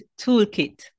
toolkit